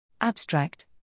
Abstract